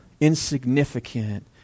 insignificant